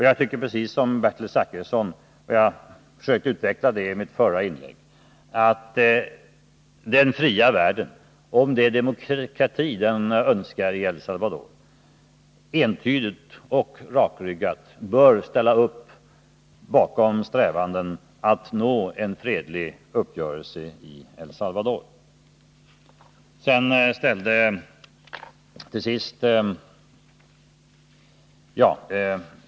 Jag tycker precis som Bertil Zachrisson — och jag försökte utveckla det i mitt förra inlägg — att om den fria världen önskar demokrati i El Salvador bör den entydigt och rakryggat ställa upp bakom strävanden att nå en fredlig uppgörelse i El Salvador.